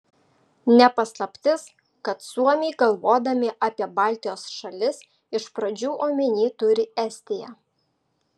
ne paslaptis kad suomiai galvodami apie baltijos šalis iš pradžių omenyje turi estiją